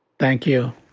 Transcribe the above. thank you.